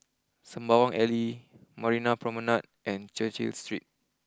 Sembawang Alley Marina Promenade and Cecil Street